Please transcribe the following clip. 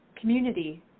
community